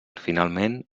finalment